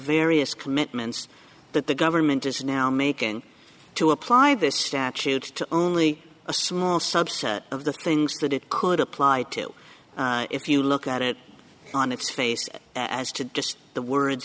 various commitments that the government is now making to apply this statute to only a small subset of the things that it could apply to if you look at it on its face as to just the words